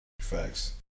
Facts